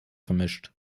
vermischt